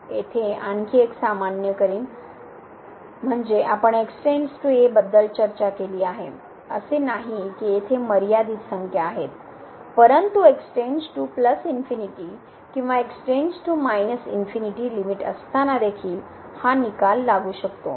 तर येथे आणखी एक सामान्यीकरण म्हणजे आपण बद्दल चर्चा केली आहे असे नाही की येथे मर्यादित संख्या आहेत परंतु x →∞ किंवा x →∞ लिमिट असताना देखील हा निकाल लागू शकतो